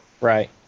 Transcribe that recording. right